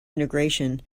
integration